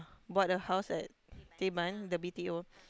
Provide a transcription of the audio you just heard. bought a house at Teban the B_T_O